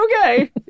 okay